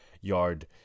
yard